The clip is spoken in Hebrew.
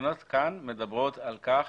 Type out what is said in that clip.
התקנות כאן מדברות על כך